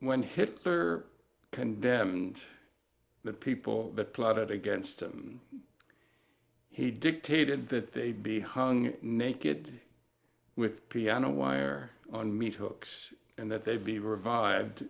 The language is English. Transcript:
when hitler condemned the people that plotted against him he dictated that they'd be hung naked with piano wire on meat hooks and that they'd be revived